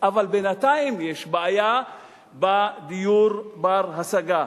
אבל בינתיים יש בעיה בדיור בר-השגה.